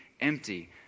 empty